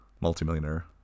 multimillionaire